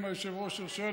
אם היושב-ראש ירשה,